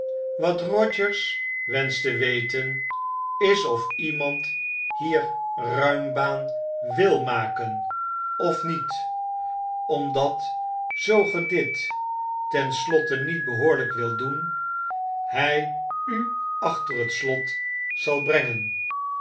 wat rogers wenscht te weten is of iemand hier ruimbaan wil maken of niet omdat zoo ge dit ten slotte niet behoorlyk wilt doen by u achler het slot zal brengen